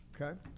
Okay